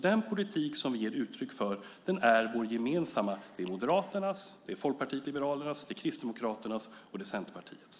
Den politik som vi ger uttryck för är vår gemensamma. Det är Moderaternas, det är Folkpartiet liberalernas, det är Kristdemokraternas och det är Centerpartiets.